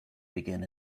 begin